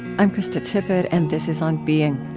i'm krista tippett, and this is on being.